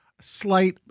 slight